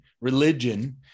religion